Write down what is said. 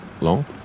long